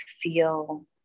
feel